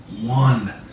one